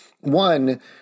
one